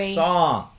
song